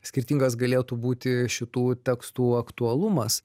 skirtingas galėtų būti šitų tekstų aktualumas